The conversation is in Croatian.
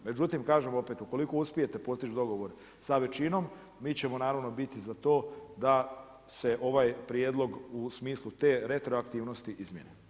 Međutim, kažem opet ukoliko uspijete postići dogovor sa većinom mi ćemo naravno biti za to da se ovaj prijedlog u smislu te retroaktivnosti izmijeni.